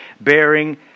bearing